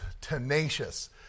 tenacious